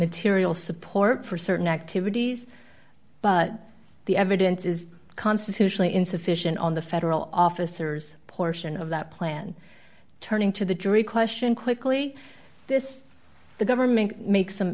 material support for certain activities but the evidence is constitutionally insufficient on the federal officers portion of that plan turning to the jury question quickly this the government makes